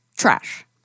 Trash